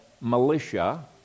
militia